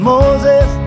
Moses